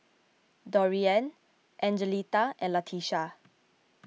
Dorian Angelita and Latisha